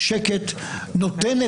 יוליה למרות שלא היית כשהקראתי, אתן לך